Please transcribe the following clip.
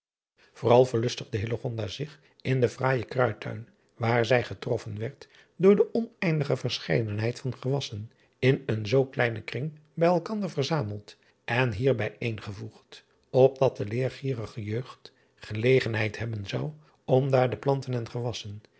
ooral verlustigde zich in den fraaijen ruidtuin waar zij getroffen werd door de oneindige verscheidenheid van gewassen in een zoo kleinen kring bij elkander verzameld en hier bijeengevoegd opdat de leergierige jeugd gelegenheid hebben zou om daar de planten en gewassen